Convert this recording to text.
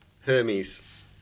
hermes